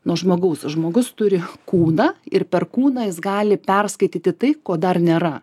nuo žmogaus žmogus turi kūną ir per kūną jis gali perskaityti tai ko dar nėra